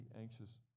anxious